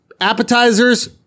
Appetizers